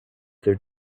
their